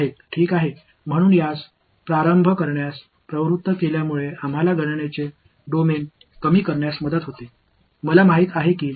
நான் இதைத் தொடங்க ஒரு வகையான உந்துதலாக இருப்பதால் கணக்கீட்டு களத்தைக் குறைக்க இது எங்களுக்கு உதவுகிறது